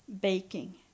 baking